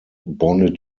bonded